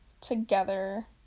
together